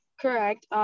Correct